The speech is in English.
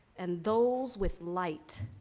and those with light,